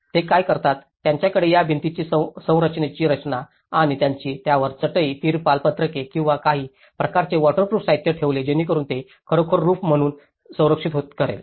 ते काय करतात त्यांच्याकडे या भिंतीची संरचनेची रचना आहे आणि त्यांनी त्यावर चटई तिरपाल पत्रके किंवा काही प्रकारचे वॉटरप्रूफ साहित्य ठेवले जेणेकरून ते खरोखर रूफ म्हणून संरक्षित करेल